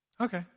Okay